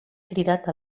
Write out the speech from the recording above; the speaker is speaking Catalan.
cridat